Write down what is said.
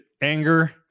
anger